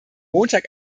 montag